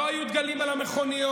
לא היו דגלים על המכוניות,